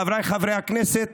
חבריי חברי הכנסת,